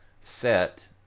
set